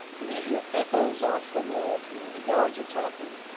and they hear echoes off the wall from when the guards are talking,